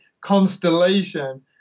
constellation